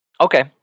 Okay